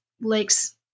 lakes